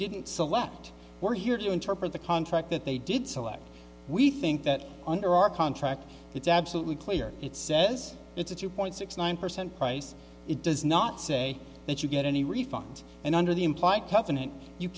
didn't select we're here to interpret the contract that they did select we think that under our contract it's absolutely clear it says it's a two point six nine percent price it does not say that you get any refund and under the impl